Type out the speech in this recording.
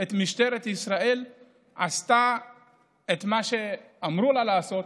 את משטרת ישראל עושה את מה שאמרו לה לעשות,